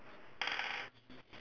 the next one is bet here